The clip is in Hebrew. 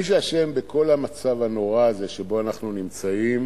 מי שאשם בכל המצב הנורא הזה שבו אנחנו נמצאים